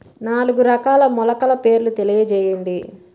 నాలుగు రకాల మొలకల పేర్లు తెలియజేయండి?